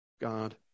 God